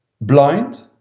blind